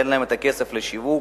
אין להן כסף לשיווק.